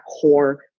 core